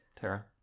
Tara